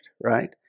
Right